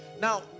Now